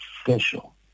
special